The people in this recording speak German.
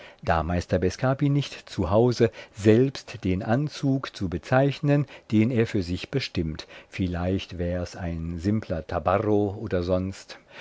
da meister bescapi nicht zu hause selbst den anzug zu bezeichnen den er für sich bestimmt vielleicht wär's ein simpler tabarro oder sonst